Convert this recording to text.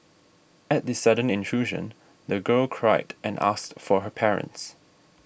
at the sudden intrusion the girl cried and asked for her parents